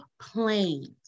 planes